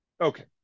Okay